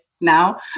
now